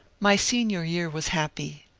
my senior year was happy.